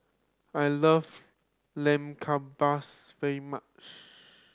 I love Lamb Kebabs very much